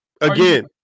again